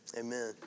Amen